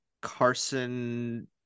Carson